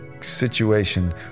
situation